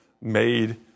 made